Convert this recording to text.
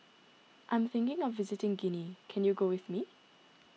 I am thinking of visiting Guinea can you go with me